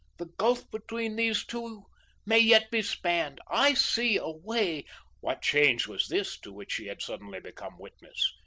the gulf between these two may yet be spanned. i see a way what change was this to which she had suddenly become witness?